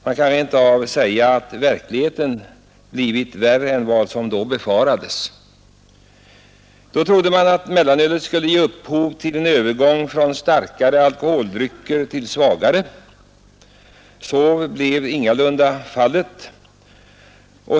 Man kan rent av säga att verkligheten blivit värre än vad som då befarades. Då trodde man att mellanölet skulle ge upphov till en övergång från starkare alkoholdrycker till svagare. Så blev ingalunda fallet.